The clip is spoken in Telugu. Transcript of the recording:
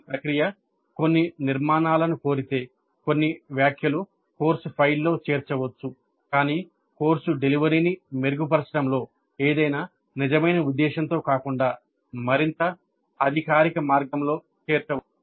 ఈ ప్రక్రియ కొన్ని నిర్మాణాలను కోరితే కొన్ని వ్యాఖ్యలు కోర్సు ఫైల్లో చేర్చవచ్చు కాని కోర్సు డెలివరీని మెరుగుపరచడంలో ఏదైనా నిజమైన ఉద్దేశంతో కాకుండా మరింత అధికారిక మార్గంలో చేర్చవచ్చు